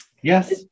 Yes